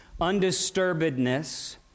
Undisturbedness